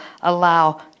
allow